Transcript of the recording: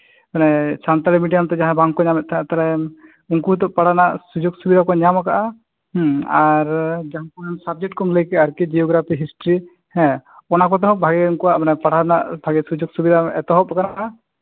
ᱢᱟᱱᱮ ᱥᱟᱱᱛᱟᱲᱤ ᱢᱤᱰᱤᱭᱟᱢᱛᱮ ᱡᱟᱸᱦᱟᱭ ᱵᱟᱝᱠᱚ ᱧᱟᱢᱮᱜ ᱠᱟᱱ ᱛᱟᱸᱦᱮᱜ ᱛᱟᱦᱚᱞᱮ ᱩᱱᱠᱩᱦᱚᱸ ᱯᱟᱲᱦᱟᱜ ᱨᱮᱱᱟᱜ ᱥᱩᱡᱳᱜ ᱥᱩᱵᱤᱫᱷᱟ ᱠᱚ ᱧᱟᱢ ᱠᱟᱜᱼᱟ ᱦᱮᱸ ᱡᱟᱦᱟᱸ ᱠᱚ ᱥᱟᱵᱡᱮᱠᱴ ᱠᱚᱢ ᱞᱟᱹᱭ ᱠᱮᱫᱟ ᱟᱨᱠᱤ ᱡᱤᱭᱳ ᱜᱨᱟᱯᱷᱤ ᱦᱤᱥᱴᱤᱨᱤ ᱦᱮᱸ ᱚᱱᱟ ᱠᱚᱛᱮ ᱦᱚᱸ ᱵᱷᱟᱜᱮ ᱩᱱᱠᱩᱣᱟᱜ ᱯᱟᱲᱦᱟᱣ ᱨᱮᱱᱟᱜ ᱵᱷᱟᱜᱮ ᱥᱩᱡᱳᱜ ᱥᱩᱵᱤᱫᱷᱟ ᱮᱛᱚᱦᱚᱵ ᱟᱠᱟᱱᱟ